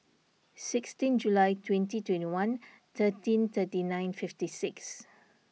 sixteen July twenty twenty one thirteen thirty nine fifty six